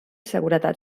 seguretat